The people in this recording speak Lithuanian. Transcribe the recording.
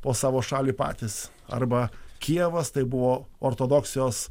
po savo šalį patys arba kijevas tai buvo ortodoksijos